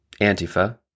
Antifa